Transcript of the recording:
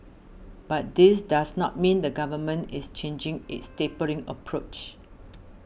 but this does not mean the Government is changing its tapering approach